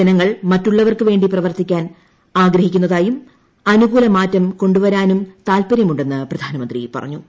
ജനങ്ങൾ മറ്റുള്ളവർക്ക് വേണ്ടി പ്രവർത്തിക്കാൻ ആഗ്രഹിക്കുന്നതായും അനുകൂലമാറ്റം കൊണ്ടുപ്പർട്ടനും താല്പര്യമുണ്ടെന്ന് പ്രധാനമന്ത്രി പറഞ്ഞു